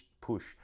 push